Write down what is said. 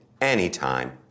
anytime